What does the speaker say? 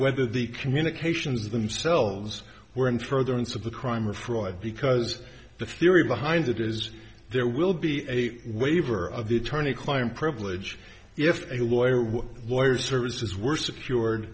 whether the communications themselves were in furtherance of the crime or fraud because the theory behind that is there will be a waiver of the attorney client privilege if a lawyer were lawyers services were secured